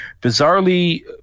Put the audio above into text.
bizarrely